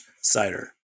cider